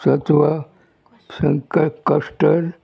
सत्व शंकर कश्टर्ड